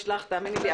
תאמיני לי.